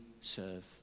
serve